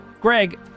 Greg